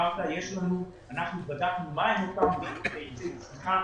אנחנו בדקנו מה הם אותם מאיצי צמיחה